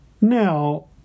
Now